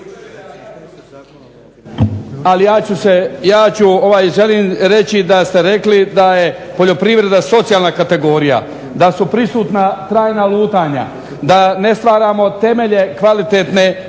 ali ja ću se, želim reći da ste rekli da je poljoprivreda socijalna kategorija, da su prisutna trajna lutanja, da ne stvaramo temelje kvalitetne